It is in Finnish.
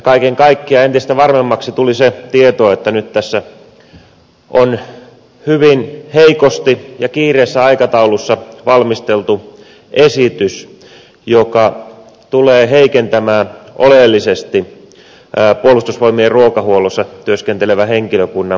kaiken kaikkiaan entistä varmemmaksi tuli se tieto että nyt tässä on hyvin heikosti ja kiireellisessä aikataulussa valmisteltu esitys joka tulee heikentämään oleellisesti puolustusvoimien ruokahuollossa työskentelevän henkilökunnan työsuhde ehtoja